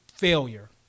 Failure